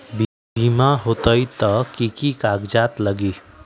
बिमा होई त कि की कागज़ात लगी?